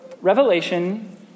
Revelation